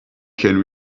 can